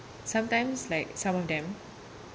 sometimes like some of them